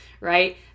right